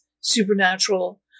supernatural